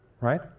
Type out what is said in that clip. right